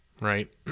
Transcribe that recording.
Right